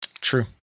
True